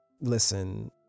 listen